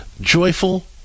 joyful